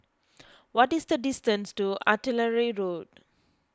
what is the distance to Artillery Road